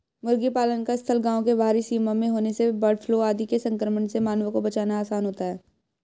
मुर्गी पालन का स्थल गाँव के बाहरी सीमा में होने से बर्डफ्लू आदि के संक्रमण से मानवों को बचाना आसान होता है